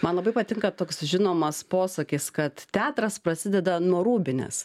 man labai patinka toks žinomas posakis kad teatras prasideda nuo rūbinės